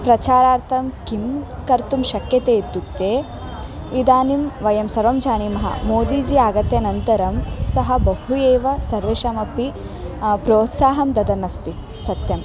प्रचारार्थं किं कर्तुं शक्यते इत्युक्ते इदानीं वयं सर्वे जानीमः मोदीजी आगत्यानन्तरं सः बहु एव सर्वेषामपि प्रोत्साहं ददन् अस्ति सत्यम्